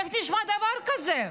איך נשמע דבר כזה?